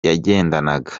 yagendanaga